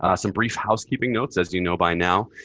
ah some brief housekeeping notes. as you know by now,